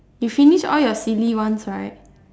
you finish all your silly ones right